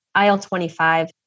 IL-25